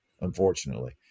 unfortunately